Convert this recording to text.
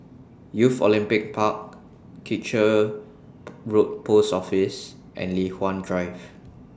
Youth Olympic Park Kitchener Road Post Office and Li Hwan Drive